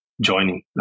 joining